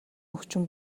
өвчин